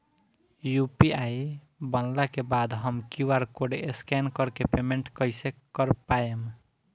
UPI बनला के बाद हम क्यू.आर कोड स्कैन कर के पेमेंट कइसे कर पाएम?